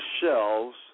shelves